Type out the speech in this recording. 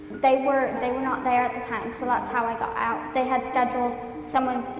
they were they were not there at the time, so that's how i got out. they had scheduled someone,